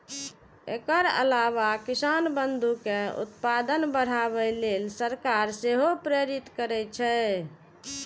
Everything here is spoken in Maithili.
एकर अलावा किसान बंधु कें उत्पादन बढ़ाबै लेल सरकार सेहो प्रेरित करै छै